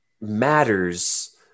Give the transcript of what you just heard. matters